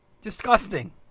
Disgusting